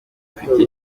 mfite